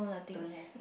don't have